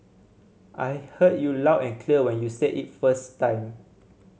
I heard you loud and clear when you said it first time